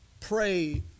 pray